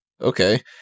Okay